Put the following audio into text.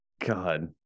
god